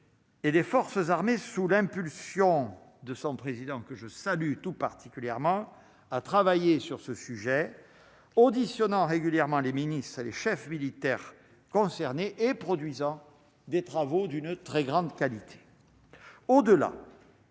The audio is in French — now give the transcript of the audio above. Et des forces armées, sous l'impulsion de son président, que je salue tout particulièrement à travailler sur ce sujet, auditionnant régulièrement les mini-ça les chefs militaires concernés et produisant des travaux d'une très grande qualité